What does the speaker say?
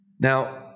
Now